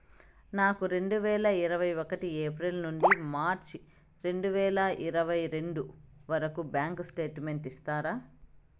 నాకు రెండు వేల ఇరవై ఒకటి ఏప్రిల్ నుండి మార్చ్ రెండు వేల ఇరవై రెండు వరకు బ్యాంకు స్టేట్మెంట్ కావాలి ఇస్తారా